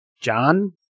John